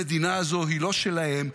המדינה הזאת היא לא שלהם,